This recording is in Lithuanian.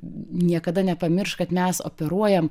niekada nepamiršt kad mes operuojam